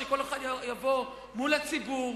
שכל אחד יבוא מול הציבור,